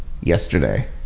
yesterday